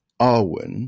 Arwen